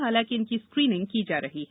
हालांकि इनकी स्क्रीनिंग की जा रही है